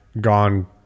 gone